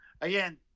again